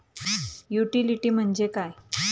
Utility म्हणजे काय?